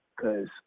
cause